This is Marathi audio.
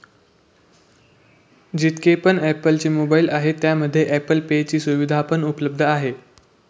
जितके पण ॲप्पल चे मोबाईल आहे त्यामध्ये ॲप्पल पे ची सुविधा पण उपलब्ध आहे